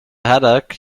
headache